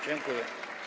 Dziękuję.